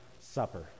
supper